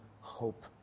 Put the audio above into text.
hope